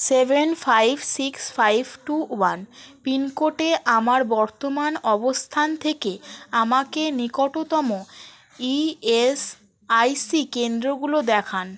seven five six five two one pin কোডে আমার বর্তমান অবস্থান থেকে আমাকে নিকটতম ইএসআইসি কেন্দ্রগুলো দেখান